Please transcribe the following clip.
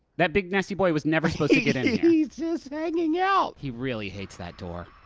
that big nasty boy was never supposed to get in here. he's just hanging out. he really hates that door.